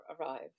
arrive